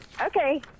Okay